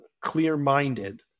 clear-minded